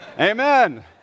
Amen